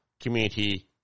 community